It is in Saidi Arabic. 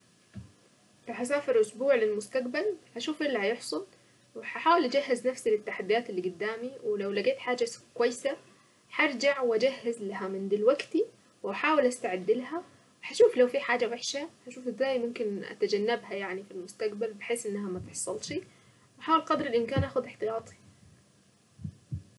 لو هسافر اسبوع للمستقبل هشوف ايه اللي هيحصل وهحاول اجهز نفسي للتحديات اللي قدامي. ولو لقيت حاجة كويسة هرجع واجهز لها من دلوقتي. واحاول استعد لها هشوف لو في حاجة وحشة هشوف ازاي ممكن اتجنبها يعني في المستقبل بحيث انها ما تحصلش. احاول قدر الامكان أخد احتياطي.